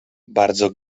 bardzo